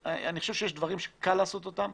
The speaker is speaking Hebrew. אני חושב שיש דברים שקל לעשות אותם,